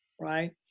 right